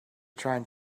trying